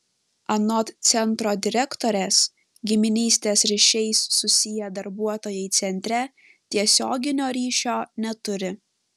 anot centro direktorės giminystės ryšiais susiję darbuotojai centre tiesioginio ryšio neturi